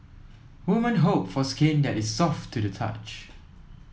woman hope for skin that is soft to the touch